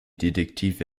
detektive